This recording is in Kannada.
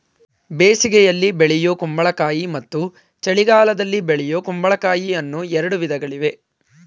ಬೇಸಿಗೆಯಲ್ಲಿ ಬೆಳೆಯೂ ಕುಂಬಳಕಾಯಿ ಮತ್ತು ಚಳಿಗಾಲದಲ್ಲಿ ಬೆಳೆಯೂ ಕುಂಬಳಕಾಯಿ ಅನ್ನೂ ಎರಡು ವಿಧಗಳಿವೆ